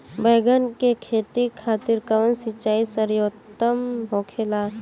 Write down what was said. बैगन के खेती खातिर कवन सिचाई सर्वोतम होखेला?